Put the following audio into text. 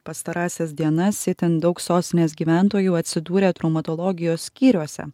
pastarąsias dienas itin daug sostinės gyventojų atsidūrė traumatologijos skyriuose